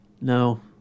No